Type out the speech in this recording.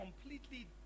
completely